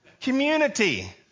Community